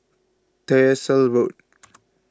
Tyersall Road